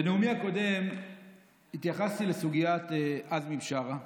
בנאומי הקודם התייחסתי לסוגיית עזמי בשארה